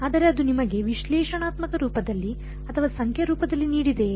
ಆದರೆ ಅದು ನಿಮಗೆ ವಿಶ್ಲೇಷಣಾತ್ಮಕ ರೂಪದಲ್ಲಿ ಅಥವಾ ಸಂಖ್ಯಾ ರೂಪದಲ್ಲಿ ನೀಡಿದೆಯೆ